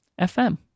FM